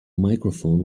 microphone